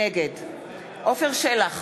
נגד עפר שלח,